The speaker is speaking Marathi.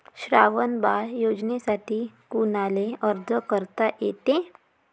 श्रावण बाळ योजनेसाठी कुनाले अर्ज करता येते?